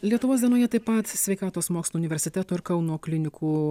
lietuvos dienoje taip pat sveikatos mokslų universiteto ir kauno klinikų